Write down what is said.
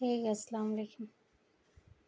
ٹھیک ہے السلام علیکم